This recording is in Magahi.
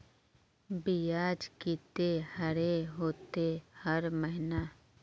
बियाज केते भरे होते हर महीना?